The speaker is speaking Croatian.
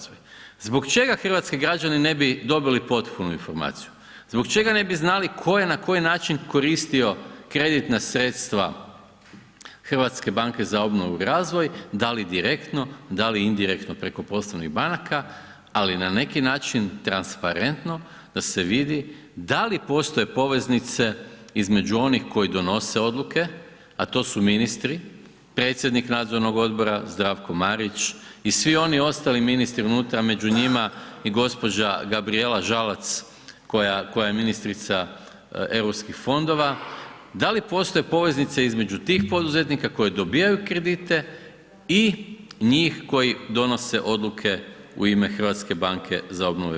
Zbog čega hrvatski građani ne bi dobili potpunu informaciju, zbog čega ne bi znali tko je na koji način koristio kreditna sredstva HBOR-a, da li direktno, da li indirektno preko poslovnih banaka ali na neki način transparentno da se vidi da li postoje poveznice između onih koji donose odluke a to su ministri, predsjednik nadzornog odbora Zdravko Marić i svi oni ostali ministri unutra, među njima i gđa. Gabrijela Žalac koja je ministrica europskih fondova, da li postoje poveznice između tih poduzetnika koji dobivaju kredite i njih koji donose odluke u ime HBOR-a.